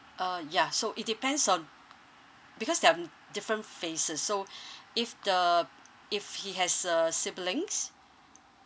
uh ya so it depends on because there are m~ different phases so if the if he has uh siblings